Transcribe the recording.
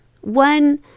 One